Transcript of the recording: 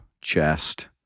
chest